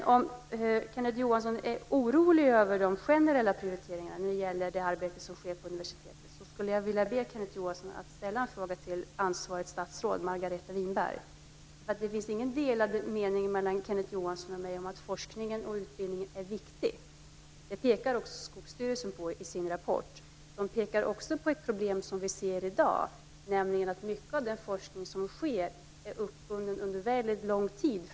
Om Kenneth Johansson är orolig över de generella prioriteringarna för det arbete som sker på universitetet vill jag rekommendera Kenneth Johansson att framställa en interpellation till ansvarigt statsråd, till Margareta Winberg. Kenneth Johansson och jag har inga delade meningar om att forskning och utbildning är viktigt, vilket också Skogsstyrelsen pekar på i sin rapport. Man pekar också på ett annat problem som finns i dag, nämligen att mycket av den forskning som sker är uppbunden under väldigt lång tid.